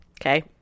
Okay